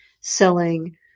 selling